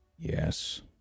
Yes